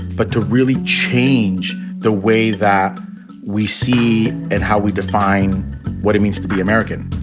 but to really change the way that we see and how we define what it means to be american